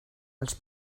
els